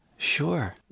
Sure